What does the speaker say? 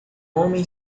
homem